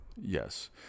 Yes